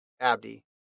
Abdi